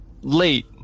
late